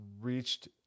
reached